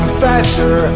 faster